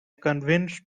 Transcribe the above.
convinced